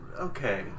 Okay